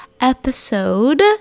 episode